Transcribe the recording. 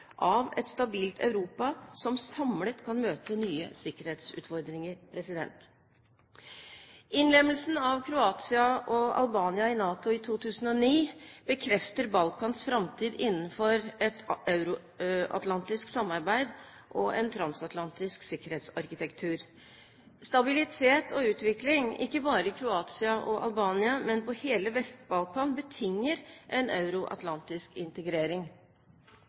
av et stabilt Europa, som samlet kan møte nye sikkerhetsutfordringer. Innlemmelsen av Kroatia og Albania i NATO i 2009 bekrefter Balkans framtid innenfor et euroatlantisk samarbeid og en transatlantisk sikkerhetsarkitektur. Stabilitet og utvikling, ikke bare i Kroatia og Albania, men på hele Vest-Balkan betinger en euroatlantisk integrering.